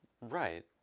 right